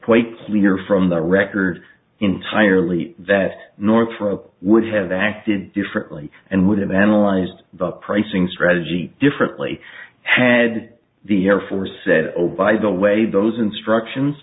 quite clear from the record entirely that north would have acted differently and would have analyzed the pricing strategy differently had the air force said oh by the way those instructions